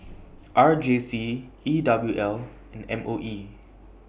R J C E W L and M O E